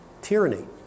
Tyranny